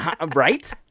Right